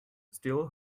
still